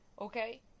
okay